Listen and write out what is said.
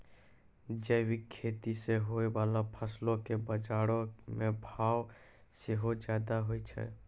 जैविक खेती से होय बाला फसलो के बजारो मे भाव सेहो ज्यादा होय छै